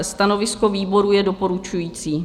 Stanovisko výboru je doporučující.